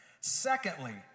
Secondly